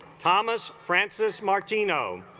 thomas francis martino